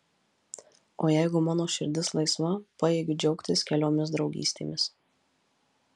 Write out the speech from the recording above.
o jeigu mano širdis laisva pajėgiu džiaugtis keliomis draugystėmis